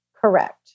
Correct